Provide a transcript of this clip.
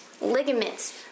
Ligaments